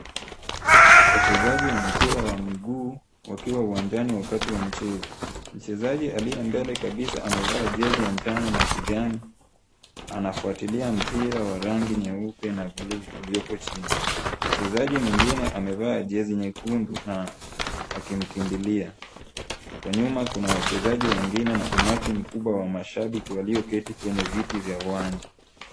Wachezaji wa mpira wa miguu wakiwa uwanjani wakati wa mchezo. Mchezaji aliye mbele kabisa amevaa jezi ya njano na kijani, anafuatilia mpira wa rangi nyeupe na bluu uliopo chini. Mchezaji mwingine amevaa jezi nyekundu na akimkimbilia. Kwa nyuma kuna wachezaji wengine na umati mkubwa wa mashabiki walioketi kwenye viti vya uwanja.